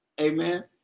Amen